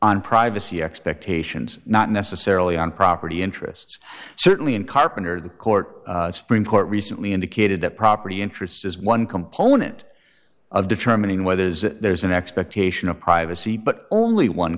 on privacy expectations not necessarily on property interests certainly in carpenter the court supreme court recently indicated that property interests is one component of determining whether it is there's an expectation of privacy but only one